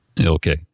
Okay